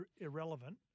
Irrelevant